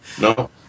no